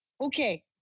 Okay